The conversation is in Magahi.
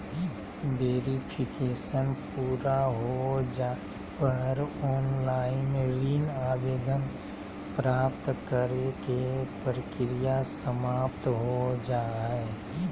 वेरिफिकेशन पूरा हो जाय पर ऑनलाइन ऋण आवेदन प्राप्त करे के प्रक्रिया समाप्त हो जा हय